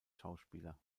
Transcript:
schauspieler